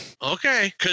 Okay